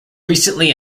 recently